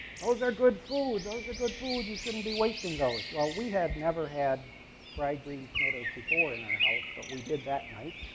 those are good food. those are good food. you shouldn't be wasting those. well, we had never had fried green tomatoes before in our house, but we did that night.